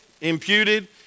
imputed